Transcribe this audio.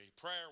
Prayer